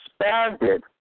expanded